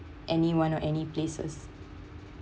anyone or any places